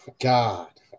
God